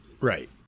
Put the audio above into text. Right